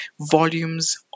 volumes